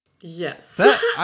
Yes